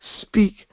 speak